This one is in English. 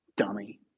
dummy